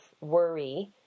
worry